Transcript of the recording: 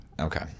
Okay